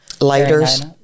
Lighters